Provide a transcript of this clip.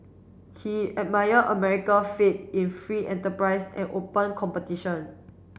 he admired America faith in free enterprise and open competition